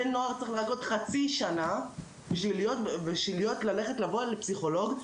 בני נוער צריכים לחכות חצי שנה בשביל ללכת לבוא לפסיכולוג,